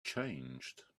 changed